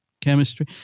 chemistry